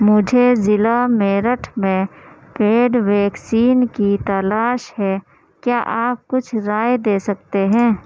مجھے ضلع میرٹھ میں پیڈ ویکسین کی تلاش ہے کیا آپ کچھ رائے دے سکتے ہیں